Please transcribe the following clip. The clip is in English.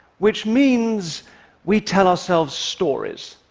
which means we tell ourselves stories.